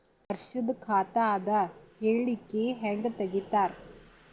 ವರ್ಷದ ಖಾತ ಅದ ಹೇಳಿಕಿ ಹೆಂಗ ತೆಗಿತಾರ?